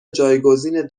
جایگزین